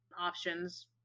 options